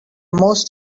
most